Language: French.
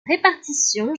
répartition